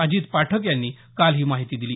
अजित पाठक यांनी काल ही माहिती दिली